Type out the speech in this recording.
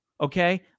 okay